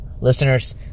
Listeners